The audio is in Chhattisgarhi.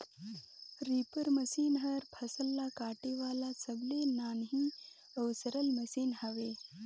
रीपर मसीन हर फसल ल काटे वाला सबले नान्ही अउ सरल मसीन हवे